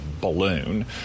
balloon